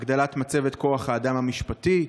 הגדלת מצבת כוח האדם המשפטי,